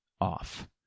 off